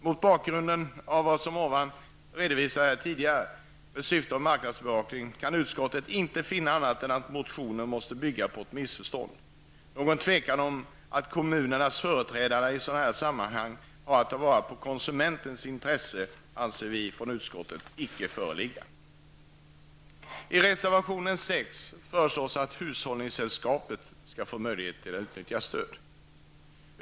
Mot bakgrund av vad som tidigare har redovisats rörande syftet med marknadsbevakning kan utskottet inte finna annat än att motionen måste bygga på ett missförstånd. Några tvivel om att kommunernas företrädare i sådana här sammanhang har att ta till vara konsumenternas intressen anser vi från utskottet icke föreligga. I reservation 6 föreslås att hushållningssällskapen skall få möjlighet att utnyttja stöd.